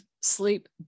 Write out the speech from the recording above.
Sleep